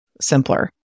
simpler